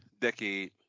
decade